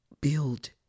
build